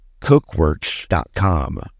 CookWorks.COM